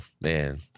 Man